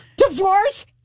divorce